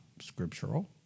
scriptural